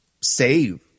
save